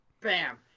bam